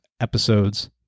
episodes